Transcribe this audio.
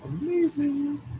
amazing